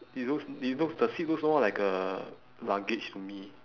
it looks it looks the seat looks more like a luggage to me